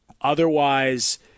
Otherwise